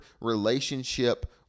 relationship